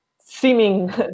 seeming